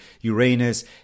uranus